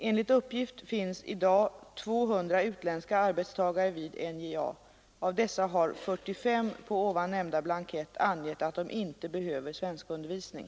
Enligt uppgift finns i dag 200 utländska arbetstagare vid NJA. Av dessa har 45 på ovannämnda blankett angett att de inte behöver svenskundervisning.